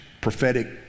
prophetic